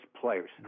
players